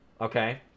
okay